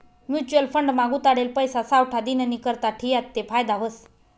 mutual fund मा गुताडेल पैसा सावठा दिननीकरता ठियात ते फायदा व्हस